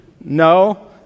No